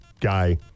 guy